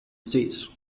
states